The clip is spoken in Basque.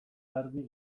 garbi